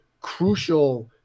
crucial